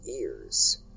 ears